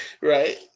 Right